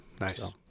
Nice